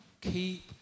keep